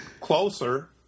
closer